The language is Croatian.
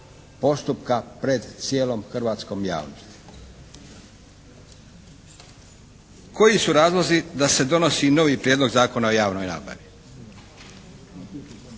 postupka pred cijelom hrvatskom javnosti. Koji su razlozi da se donosi novi Prijedlog Zakona o javnoj nabavi?